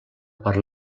per